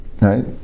right